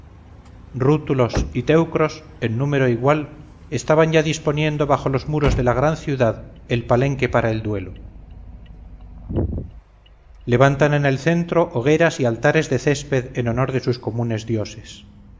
rútulos y teucros en número igual estaban ya disponiendo bajo los muros de la gran ciudad el palenque para el duelo levantan en el centro hogueras y altares de césped en honor de sus comunes dioses